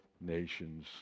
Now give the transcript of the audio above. nations